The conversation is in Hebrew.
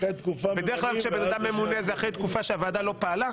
בדרך כלל כשבן אדם ממונה זה אחרי תקופה שהוועדה לא פעלה.